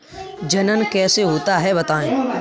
जनन कैसे होता है बताएँ?